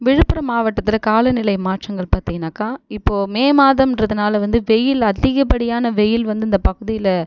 விழுப்புரம் மாவட்டத்தில் காலநிலை மாற்றங்கள் பார்த்தீங்கனாக்கா இப்போ மே மாதன்றதுனால வந்து வெயில் அதிகபடியான வெயில் வந்து இந்த பகுதியில்